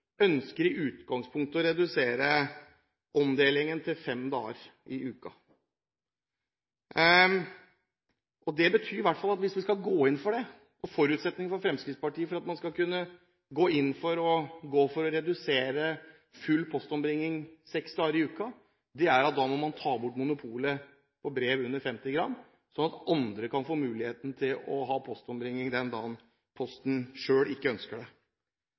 ønsker i utgangspunktet selv, i motsetning til saksordføreren, å redusere postomdelingen til fem dager i uken. Det betyr – i hvert fall hvis vi skal gå inn for det, og det er forutsetningen for Fremskrittspartiet for at vi skal gå inn for å redusere full postombringing fra seks dager i uken – at man må ta bort monopolet på brev under 50 gram, slik at andre kan få muligheten til å ha postombringing den dagen Posten selv ikke ønsker det.